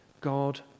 God